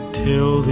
till